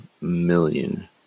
million